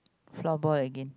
floorball again